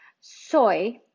Soy